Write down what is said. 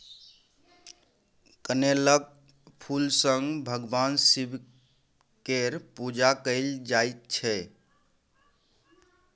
कनेलक फुल सँ भगबान शिब केर पुजा कएल जाइत छै